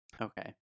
Okay